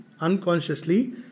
unconsciously